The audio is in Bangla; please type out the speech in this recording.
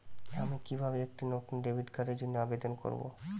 আমি কিভাবে একটি নতুন ডেবিট কার্ডের জন্য আবেদন করব?